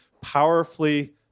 powerfully